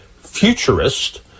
futurist